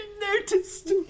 noticed